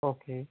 okay